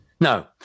No